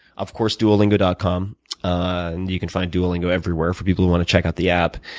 of course, duolingo dot com and you can find duolingo everywhere for people who want to check out the app.